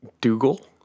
Dougal